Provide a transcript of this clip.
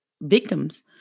victims